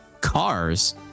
cars